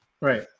Right